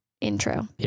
intro